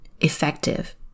effective